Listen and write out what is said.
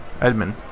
Edmund